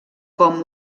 com